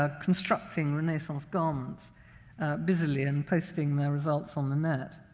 ah constructing renaissance garments busily and posting their results on the net.